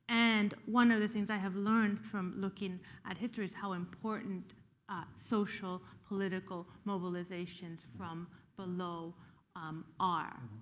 and one of the things i have learned from looking at history is how important social political mobilizations from below are.